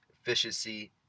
efficiency